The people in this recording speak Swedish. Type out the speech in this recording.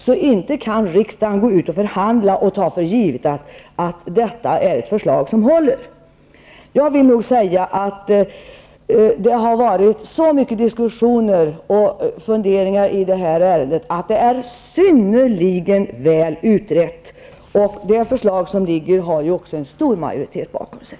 Men inte kan riksdagen förhandla och ta för givet att detta är förslag som håller. Jag vill nog säga att det har varit så mycket diskussioner och funderingar i detta ärende att det är synnerligen väl utrett. Det förslag som nu föreligger har också en stor majoritet bakom sig.